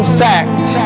fact